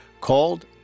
called